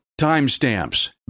timestamps